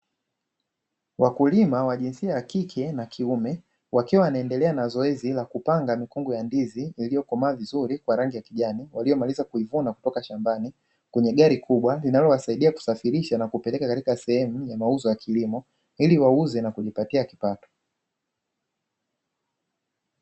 Wakulima wa jinsia ya kike na kiume, wakiwa wanaendelea na zoezi la kupanga mikungu ya ndizi iliyokomaa vizuri kwa rangi ya kijani, waliomaliza kuivuna kutoka shambani kwenye gari kubwa linalo wasaidia kusafirisha na kupeleka katika sehemu ya mauzo ya kilimo ili wauze na kujipatia kipato.